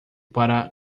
para